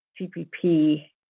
CPP